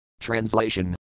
Translation